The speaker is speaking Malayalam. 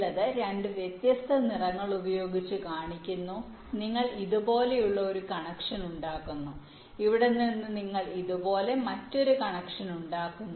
ചിലത് രണ്ട് വ്യത്യസ്ത നിറങ്ങൾ ഉപയോഗിച്ച് കാണിക്കുന്നു നിങ്ങൾ ഇതുപോലുള്ള ഒരു കണക്ഷൻ ഉണ്ടാക്കുന്നു ഇവിടെ നിന്ന് നിങ്ങൾ ഇതുപോലുള്ള മറ്റൊരു കണക്ഷൻ ഉണ്ടാക്കുന്നു